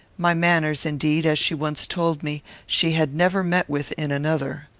my manners, indeed, as she once told me, she had never met with in another.